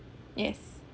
yes